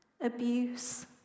abuse